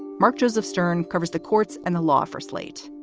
mark, joseph stern covers the courts and the law for slate.